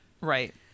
Right